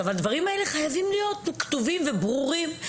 הדברים האלה חייבים להיות כתובים וברורים,